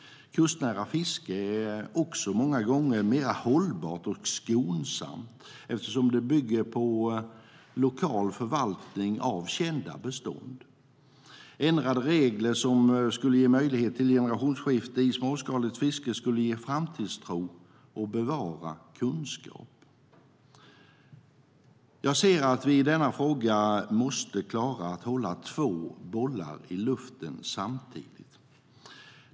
Kustnära fiske är många gånger också mer hållbart och skonsamt, eftersom det bygger på lokal förvaltning av kända bestånd. Ändrade regler som gav möjlighet till generationsskifte i småskaligt fiske skulle ge framtidstro och bevara kunskap. Jag ser att vi i denna fråga måste klara att hålla två bollar i luften samtidigt.